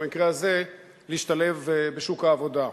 במקרה הזה להשתלב בשוק העבודה,